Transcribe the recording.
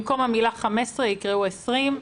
במקום המילה "15" יקראו "20".